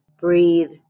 breathe